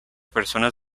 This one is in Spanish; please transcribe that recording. personas